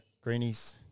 Greenies